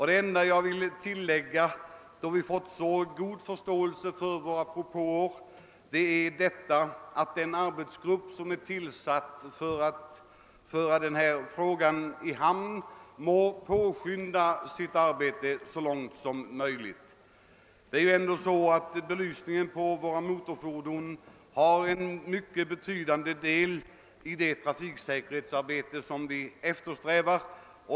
Det enda jag vill tillägga, då vi fått så god förståelse för våra propåer, är att den arbetsgrupp som är tillsait för att föra denna fråga i hamn må påskynda sitt arbete så mycket som möjligt. Belysningen på våra motorfordon är en mycket betydande faktor i det trafiksäkerhetsarbete som vi går in för.